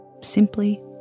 simply